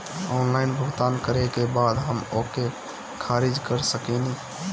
Online भुगतान करे के बाद हम ओके खारिज कर सकेनि?